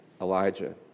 Elijah